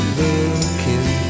looking